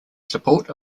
support